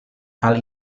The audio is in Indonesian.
hal